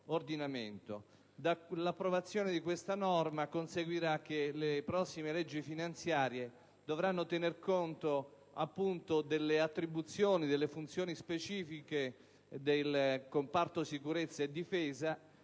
Dall'approvazione di questa norma conseguirà che le prossime leggi finanziarie dovranno tener conto delle attribuzioni, delle funzioni specifiche del comparto sicurezza e difesa